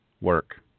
work